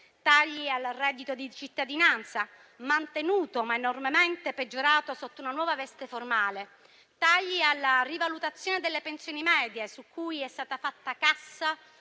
tagli al reddito di cittadinanza, mantenuto, ma enormemente peggiorato, sotto una nuova veste formale; tagli alla rivalutazione delle pensioni medie, su cui è stata fatta cassa